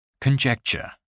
Conjecture